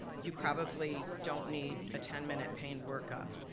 you probably don't need a ten minute pain workup.